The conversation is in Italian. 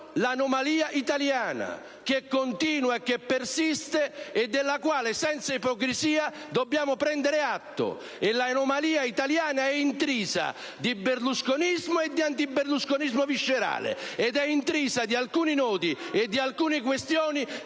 dell'anomalia italiana, che continua e che persiste e della quale, senza ipocrisia, dobbiamo prendere atto. L'anomalia italiana è intrisa di berlusconismo e di antiberlusconismo viscerale, e di alcuni nodi e questioni